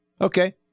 okay